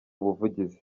ubuvugizi